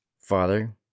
father